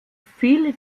viele